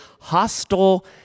hostile